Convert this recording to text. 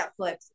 Netflix